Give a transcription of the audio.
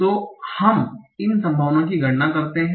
तो हम इन संभावनाओं की गणना करते हैं